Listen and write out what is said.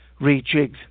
rejigged